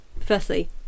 firstly